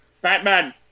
Batman